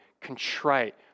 contrite